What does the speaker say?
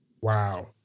Wow